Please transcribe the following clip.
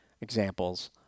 examples